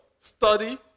study